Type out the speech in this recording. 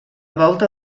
volta